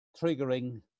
triggering